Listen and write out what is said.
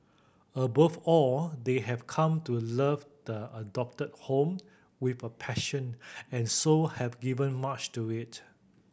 above all they have come to love the adopted home with a passion and so have given much to it